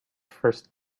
first